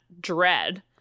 dread